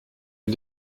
est